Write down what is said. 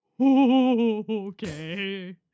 Okay